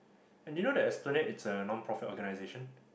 and you know that Esplanade is a non-profit-organisation